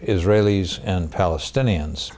israelis and palestinians